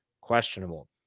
questionable